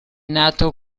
nato